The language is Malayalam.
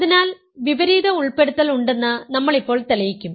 അതിനാൽ വിപരീത ഉൾപ്പെടുത്തൽ ഉണ്ടെന്ന് നമ്മൾ ഇപ്പോൾ തെളിയിക്കും